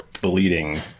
bleeding